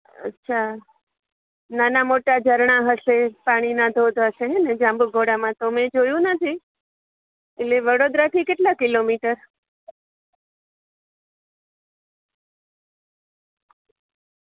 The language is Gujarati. અચ્છા નાના મોટા ઝરણાં હશે પાણીના ધોધ હશે હે ને જાંબુઘોડામાં તો મેં જોયું નથી એટલે વડોદરાથી કેટલાં કિલોમીટર